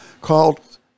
called